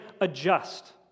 adjust